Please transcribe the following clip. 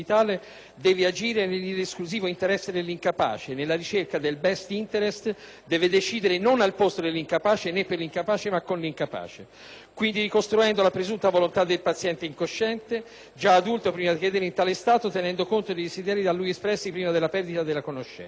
... agire nell'esclusivo interesse dell'incapace; e, nella ricerca del *best interest*, deve decidere non "al posto" dell'incapace né "per" l'incapace, ma "con" l'incapace: quindi, ricostruendo la presunta volontà del paziente incosciente, già adulto prima di cadere in tale stato, tenendo conto dei desideri da lui espressi prima della perdita della coscienza...».